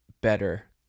better